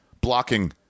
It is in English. blocking